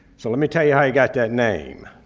so let me tell you how he got that name.